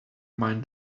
mind